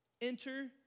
Enter